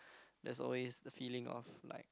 there's always the feeling of like